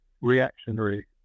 reactionary